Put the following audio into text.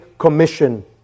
commission